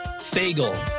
Fagel